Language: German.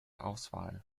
auswahl